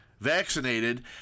vaccinated